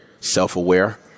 self-aware